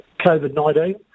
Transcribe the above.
COVID-19